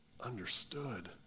understood